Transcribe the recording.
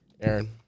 Aaron